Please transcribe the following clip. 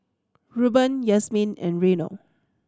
Rueben Yasmine and Reino